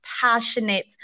passionate